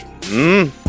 Mmm